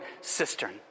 cistern